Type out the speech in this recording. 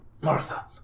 martha